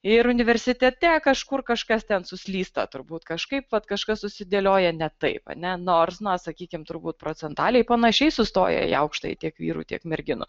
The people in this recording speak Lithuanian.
ir universitete kažkur kažkas ten suslysta turbūt kažkaip vat kažkas susidėlioja ne taip a ne nors na sakykime turbūt procentaliai panašiai sustoja į aukštąją tiek vyrų tiek merginų